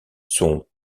sont